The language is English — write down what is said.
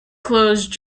closed